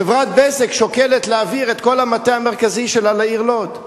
חברת "בזק" שוקלת להעביר את כל המטה המרכזי שלה לעיר לוד.